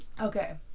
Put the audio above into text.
Okay